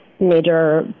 major